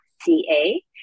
ca